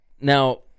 Now